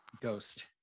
ghost